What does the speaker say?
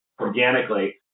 organically